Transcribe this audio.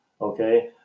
okay